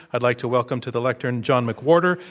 i'd like to welcome to the lectern john mcwhorter.